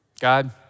God